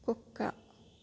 కుక్క